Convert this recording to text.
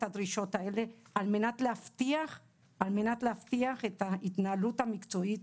הדרישות האלה על מנת להבטיח את ההתנהלות המקצועית